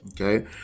okay